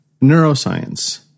neuroscience